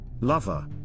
Lover